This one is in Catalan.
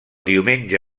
diumenge